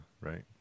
right